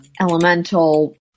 Elemental